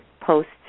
posts